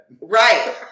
Right